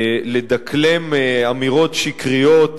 לדקלם אמירות שקריות,